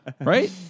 right